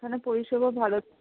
এখানে পরিষেবা ভালো